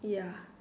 ya